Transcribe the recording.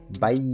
bye